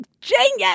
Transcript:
genius